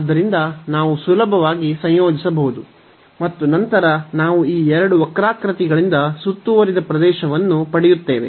ಆದ್ದರಿಂದ ನಾವು ಸುಲಭವಾಗಿ ಸಂಯೋಜಿಸಬಹುದು ಮತ್ತು ನಂತರ ನಾವು ಈ ಎರಡು ವಕ್ರಾಕೃತಿಗಳಿಂದ ಸುತ್ತುವರಿದ ಪ್ರದೇಶವನ್ನು ಪಡೆಯುತ್ತೇವೆ